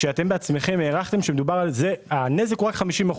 כשאתם בעצמכם הערכתם שהנזק הוא רק 50%,